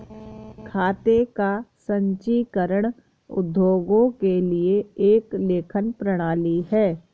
खाते का संचीकरण उद्योगों के लिए एक लेखन प्रणाली है